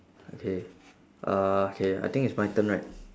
okay uh K I think it's my turn right